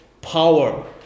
power